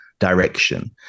direction